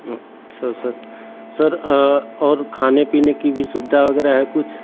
अच्छा sir sir और खाने पीने की भी सुविधा वग़ैरह है कुछ